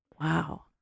Wow